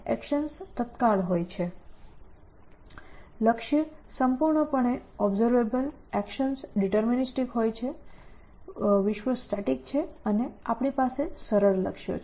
actions તત્કાળ હોય છે લક્ષ્ય સંપૂર્ણ અવલોકનક્ષમ એકશન્સ ડિટર્મિનીસ્ટિક હોય છે વિશ્વ સ્ટેટિક છે અને આપણી પાસે સરળ લક્ષ્યો છે